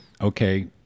okay